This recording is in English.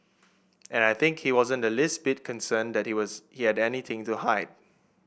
and I think he wasn't the least bit concerned that he was he had anything to hide